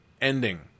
ending